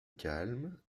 calme